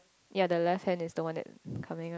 ya the left hand is the one that coming up